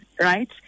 right